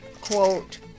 quote